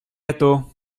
gâteau